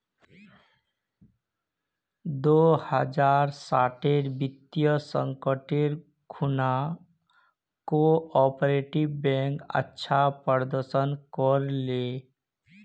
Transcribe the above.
दो हज़ार साटेर वित्तीय संकटेर खुणा कोआपरेटिव बैंक अच्छा प्रदर्शन कर ले